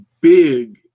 big